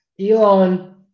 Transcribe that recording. Elon